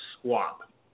swap